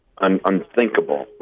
unthinkable